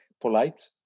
polite